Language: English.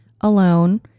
alone